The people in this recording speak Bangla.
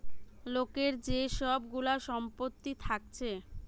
লোকের যে সব গুলা সম্পত্তি থাকছে